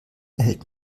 erhält